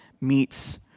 meets